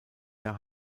der